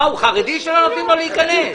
הוא חרדי שלא נותנים לו להיכנס?